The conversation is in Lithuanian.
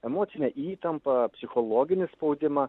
emocinę įtampą psichologinį spaudimą